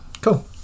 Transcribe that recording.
cool